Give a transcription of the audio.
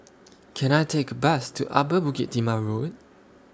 Can I Take A Bus to Upper Bukit Timah Road